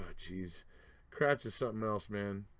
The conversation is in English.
ah geez kratz is something else man,